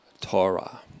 Torah